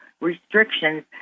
Restrictions